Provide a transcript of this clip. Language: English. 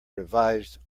revised